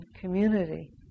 community